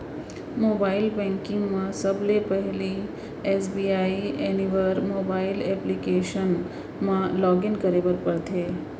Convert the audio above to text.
mobile banking म सबले पहिली एस.बी.आई एनिवर मोबाइल एप्लीकेसन म लॉगिन करे बर परथे